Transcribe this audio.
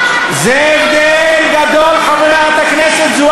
כתבו על הקיר בעזה,